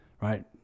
right